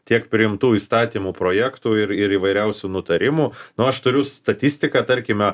tiek priimtų įstatymų projektų ir ir įvairiausių nutarimų nu aš turiu statistiką tarkime